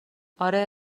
آره